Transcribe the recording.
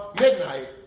midnight